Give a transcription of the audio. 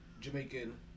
Jamaican